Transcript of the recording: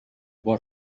what